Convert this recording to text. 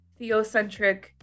theocentric